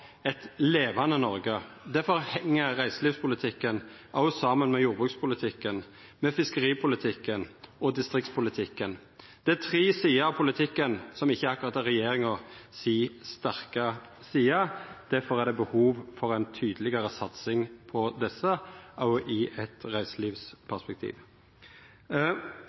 eit levande Noreg, difor heng reiselivspolitikken òg saman med jordbrukspolitikken, fiskeripolitikken og distriktspolitikken. Det er tre sider av politikken som ikkje akkurat er regjeringa si sterke side, difor er det behov for ei tydelegare satsing på desse òg i eit reiselivsperspektiv.